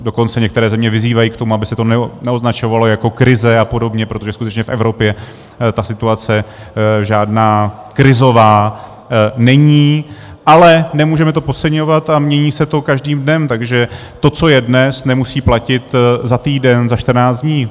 Dokonce některé země vyzývají k tomu, aby se to neoznačovalo jako krize a podobně, protože skutečně v Evropě ta situace žádná krizová není, ale nemůžeme to podceňovat a mění se to každým dnem, takže to, co je dnes, nemusí platit za týden, za 14 dní.